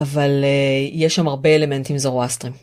אבל יש שם הרבה אלמנטים זרואסטרים.